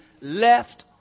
left